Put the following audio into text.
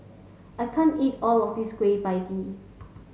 I can't eat all of this Kueh Pie Tee